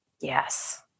Yes